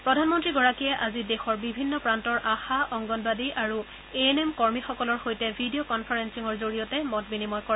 প্ৰধানমন্ত্ৰীগৰাকীয়ে আজি দেশৰ বিভিন্ন প্ৰান্তৰ আশা অংগনৱাড়ী আৰু এ এন এম কৰ্মীসকলৰ সৈতে ভিডিঅ কনফাৰেলিঙৰ জৰিয়তে মত বিনিময় কৰে